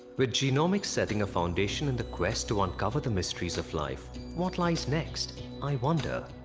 but genomics setting a foundation in the quest to uncover the mysteries of life what lies next i wonder.